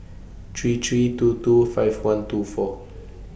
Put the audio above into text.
three three two two five one two four